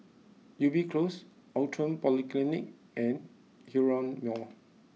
Ubi Close Outram Polyclinic and Hillion Mall